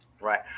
Right